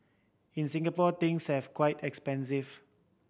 in Singapore things have quite expensive